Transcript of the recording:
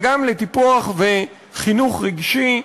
אלא גם לטיפוח וחינוך רגשי,